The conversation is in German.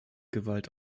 gewalt